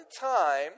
time